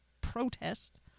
protest